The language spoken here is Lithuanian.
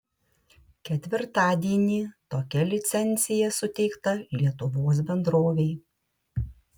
ketvirtadienį tokia licencija suteikta lietuvos bendrovei